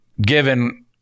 given